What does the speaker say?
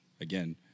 again